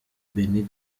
benin